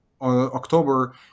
October